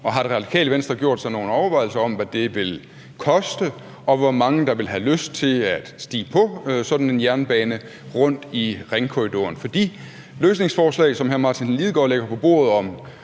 Og har Det Radikale Venstre gjort sig nogen overvejelser om, hvad det vil koste, og hvor mange der vil have lyst til at stige på sådan en jernbane rundt i ringkorridoren? For de løsningsforslag, som hr. Martin Lidegaard lægger på bordet om